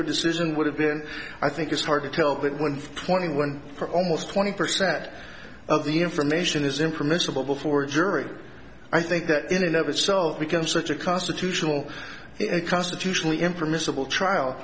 their decision would have been i think it's hard to tell that when twenty one for almost twenty percent of the information is impermissible before a jury i think that in and of itself becomes such a constitutional constitutionally impermissible trial